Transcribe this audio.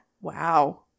Wow